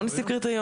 לא נוסיף קריטריון.